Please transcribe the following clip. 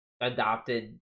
adopted